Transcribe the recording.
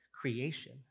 creation